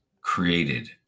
created